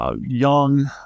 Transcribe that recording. Young